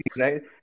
right